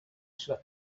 sulla